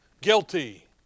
Guilty